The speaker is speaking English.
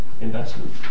investment